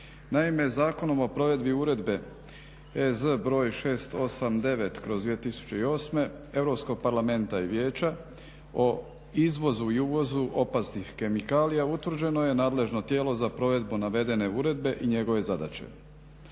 Naime, Zakonom o provedbi Uredbe EZ br. 689/2008 Europskog parlamenta i Vijeća o izvozu i uvozu opasnih kemikalija utvrđeno je nadležno tijelo za provedbu navedene uredbe i njegove zadaće,